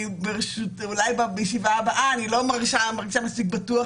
אולי בישיבה הבאה אני לא מרגישה מספיק בטוח